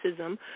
racism